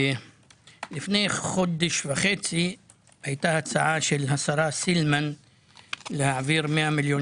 לפני חודש וחצי הייתה הצעה של השרה סילמן להעביר 100 מיליון